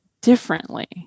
differently